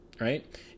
right